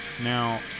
Now